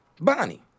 Bonnie